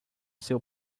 seu